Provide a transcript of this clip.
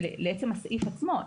לעצם הסעיף עצמו,